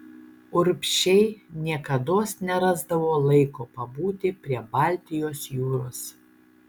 urbšiai niekados nerasdavo laiko pabūti prie baltijos jūros